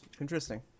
Interesting